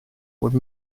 would